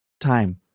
time